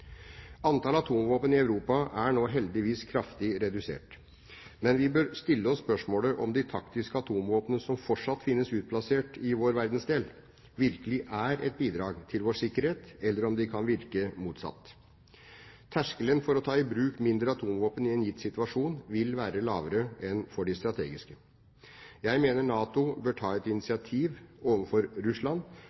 atomvåpen. Antall atomvåpen i Europa er nå heldigvis kraftig redusert. Men vi bør stille oss spørsmålet hvorvidt de taktiske atomvåpnene som fortsatt finnes utplassert i vår verdensdel, virkelig er et bidrag til vår sikkerhet, eller om de kan virke motsatt. Terskelen for å ta i bruk mindre atomvåpen i en gitt situasjon vil være lavere enn når det gjelder de strategiske. Jeg mener NATO bør ta initiativ overfor Russland